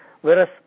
Whereas